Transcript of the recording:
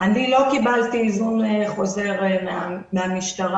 אני לא קיבלתי היזון חוזר מהמשטרה.